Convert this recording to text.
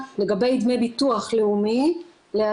לדמי אבטלה כי הוא לא עונה להגדרת מובטל למרות ההקלות הרבות והמשמעותיות